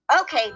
Okay